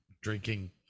drinking